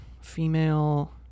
female